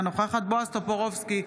אינה נוכחת בועז טופורובסקי,